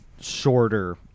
shorter